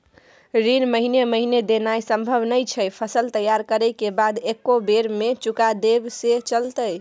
ऋण महीने महीने देनाय सम्भव नय छै, फसल तैयार करै के बाद एक्कै बेर में चुका देब से चलते?